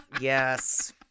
Yes